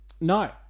No